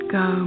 go